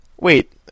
Wait